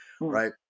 right